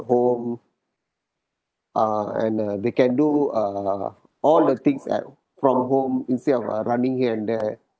home uh and uh they can do uh all the things at from home instead of uh running here and there